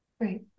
Right